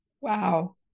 Wow